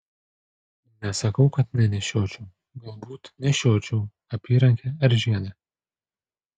nesakau kad nenešiočiau galbūt nešiočiau apyrankę ar žiedą